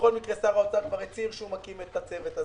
שר האוצר כבר הצהיר שהוא מקים את הצוות הזה